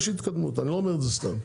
אני לא אומר סתם,